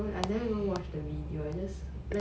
but I